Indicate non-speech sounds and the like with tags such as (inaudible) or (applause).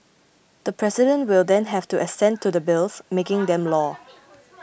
the President will then have to assent to the bills making (noise) them law